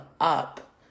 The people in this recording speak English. up